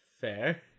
fair